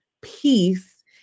peace